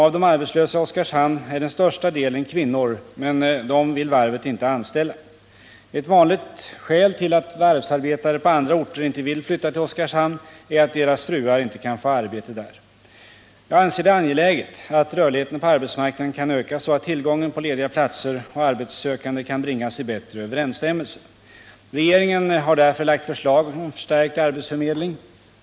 Av de arbetslösa i Oskarshamn är den största delen kvinnor, men dem vill varvet inte anställa. Ett vanligt skäl till att varvsarbetare på andra orter inte vill flytta till Oskarshamn är att deras fruar inte kan få arbete där. Jag anser det angeläget att rörligheten på arbetsmarknaden kan öka så att tillgången på lediga platser och arbetssökande kan bringas i bättre överensstämmelse. Regeringen har därför framlagt ett förslag om förstärkt arbetsförmedling.